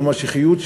או "משיחיות",